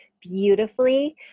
beautifully